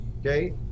Okay